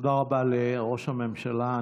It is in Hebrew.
תודה רבה לראש הממשלה.